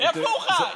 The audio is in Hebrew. איפה הוא חי?